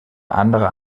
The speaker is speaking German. andere